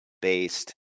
based